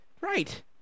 Right